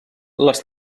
les